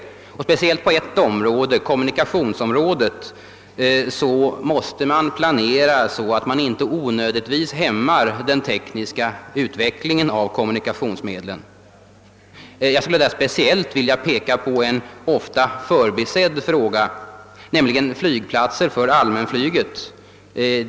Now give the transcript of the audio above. Låt mig peka på ett speciellt område, kommunikationsområdet, inom vilket man måste planera så att den tekniska utvecklingen av kommunikationsmedlen inte onödigtvis hämmas. Jag vill särskilt beröra en ofta förbisedd fråga, nämligen flygplatser för allmänflyget.